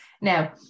Now